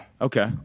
Okay